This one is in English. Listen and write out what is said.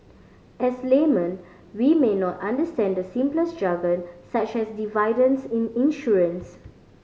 as laymen we may not understand the simplest jargon such as dividends in insurances